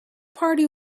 party